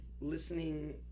listening